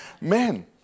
Man